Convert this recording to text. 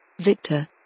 Victor